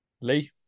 Lee